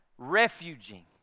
refuging